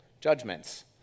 judgments